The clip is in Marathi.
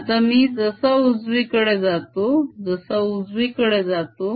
आता मी जसा उजवीकडे जातो जसा उजवीकडे जातो